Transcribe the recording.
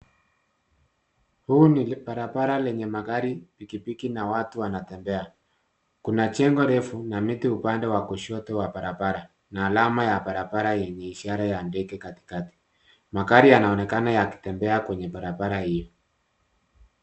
Huu ni barabara lenye magari, pikipiki na watu wanatembea. Kuna jengo refu na miti upande wa kushoto wa barabara, na alama ya barabara yenye ishara ya ndege katikati. Magari yanaonekana yakitembea kwenye barabara hiyo.